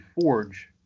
forge